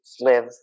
live